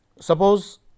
Suppose